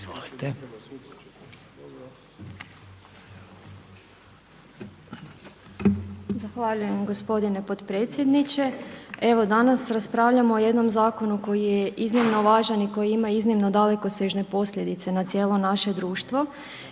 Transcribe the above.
Zahvaljujem gospodine potpredsjedniče. Evo danas raspravljamo o jednom zakonu koji je iznimno važan i koji ima iznimno dalekosežne posljedice na cijelo naše društvo.